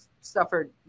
suffered